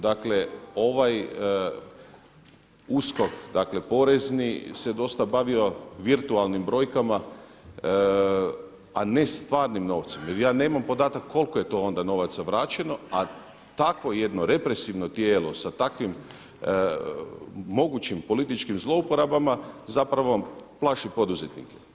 Dakle, ovaj USKOK porezni se dosta bavio virtualnim brojkama, a ne stvarnim novcem, jer ja nemam podatak koliko je to onda novaca vraćeno, a takvo jedno represivno tijelo sa takvim mogućim političkim zlouporabama zapravo plaši poduzetnike.